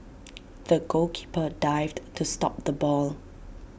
the goalkeeper dived to stop the ball